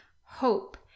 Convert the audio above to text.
hope